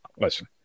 Listen